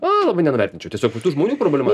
a labai nenuvertinčiau tiesiog kitų žmonių problema